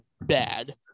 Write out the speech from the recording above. Bad